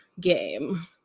game